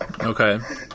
Okay